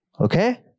Okay